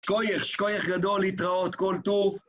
שכוייח, שכוייח גדול, להתראות, כל טוב